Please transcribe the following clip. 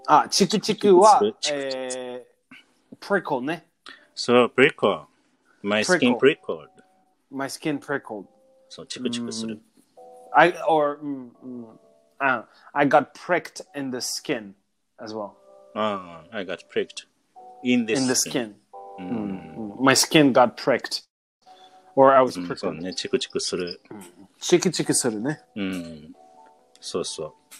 あ、チクチクは、チクチクする。チクチクする。えー、prickleね。そう、prickle。My skinprickle.prickled.My skin prickled.そう、チクチクする。うん。I- or、うん、うん。あ、I got pricked in the skin as well.あー、I got pricked in thisIn theskin.skin.うん、うん。うん。My skin got pricked. Or I wasうん、そうね。prickled.チクチクする。うん。チクチクするね。うん。そうそう。